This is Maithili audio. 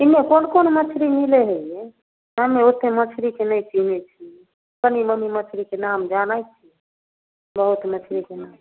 किलो कोन कोन मछरी मिलै हइ यइ हम ओतेक मछरीके नहि चिन्है छिए कनि मनि मछरीके नाम जानै छिए बहुत मछरीके नहि